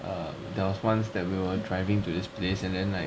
um there was once when we were driving to this place and then like